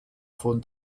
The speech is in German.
von